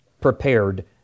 prepared